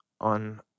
on